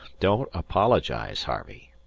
don't apologize, harvey.